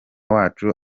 wacu